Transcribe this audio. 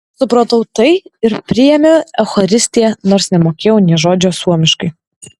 supratau tai ir priėmiau eucharistiją nors nemokėjau nė žodžio suomiškai